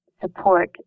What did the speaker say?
support